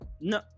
No